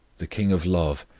the king of love,